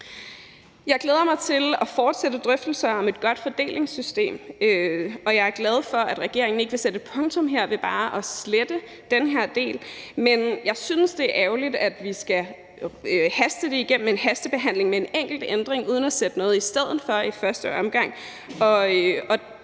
Jeg glæder mig til at fortsætte drøftelser om et godt fordelingssystem, og jeg er glad for, at regeringen ikke vil sætte punktum ved bare at slette den her del. Men jeg synes, at det er ærgerligt, at vi skal hastebehandle det igennem med en enkelt ændring uden at sætte noget i stedet for i første omgang.